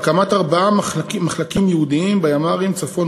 הקמת ארבעה מחלקים ייעודיים בימ"רים צפון,